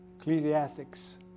Ecclesiastics